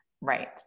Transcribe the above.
right